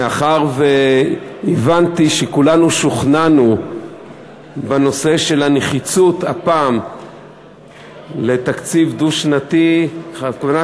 מאחר שהבנתי שכולנו שוכנענו בנושא של הנחיצות של תקציב דו-שנתי הפעם,